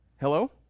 Hello